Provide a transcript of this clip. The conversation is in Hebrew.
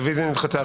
הרביזיה נדחתה.